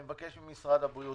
אני מבקש ממשרד הבריאות,